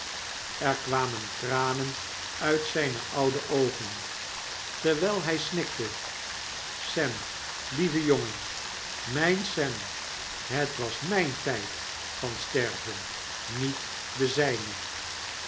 er kwamen tranen uit zyne oude oogen terwyl hy snikte sem lieve jongen myn sem het was m ij n trjd van sterven niet de zyne